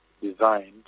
designed